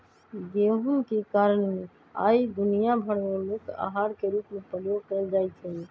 गेहूम के कारणे आइ दुनिया भर में मुख्य अहार के रूप में प्रयोग कएल जाइ छइ